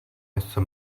něco